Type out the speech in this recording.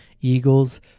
Eagles